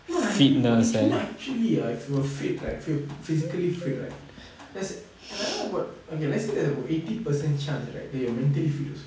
no no actually ah if you are fit right if you are physically fit right okay let's say there's about eighty percent chance right they will maintain fit also